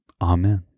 amen